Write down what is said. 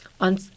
on